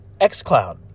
xCloud